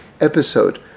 episode